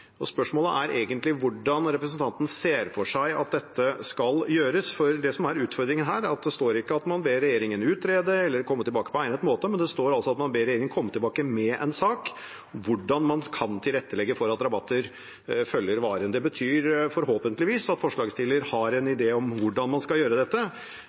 Spørsmålet er egentlig hvordan representanten ser for seg at dette skal gjøres, for det som er utfordringen her, er at det ikke står at man ber regjeringen utrede eller komme tilbake på egnet måte, men det står altså at man ber regjeringen komme tilbake med en sak om hvordan man kan tilrettelegge for at rabatter følger varen. Det betyr forhåpentligvis at forslagsstiller har en idé om hvordan man skal gjøre det. Dette